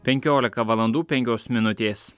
penkiolika valandų penkios minutės